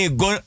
go